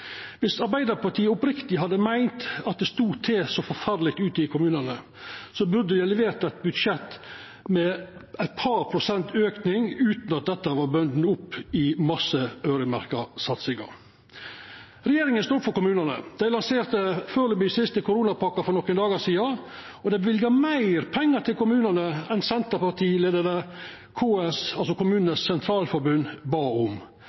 Viss Arbeidarpartiet oppriktig hadde meint at det stod så forferdeleg dårleg til ute i kommunane, burde dei ha levert eit budsjett med eit par prosent auke utan at dette var bunde opp i ein masse øyremerkte satsingar. Regjeringa stod opp for kommunane. Dei lanserte den førebels siste koronapakka for nokre dagar sidan, og dei løyvde meir pengar til kommunane enn